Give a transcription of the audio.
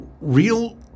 real